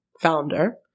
founder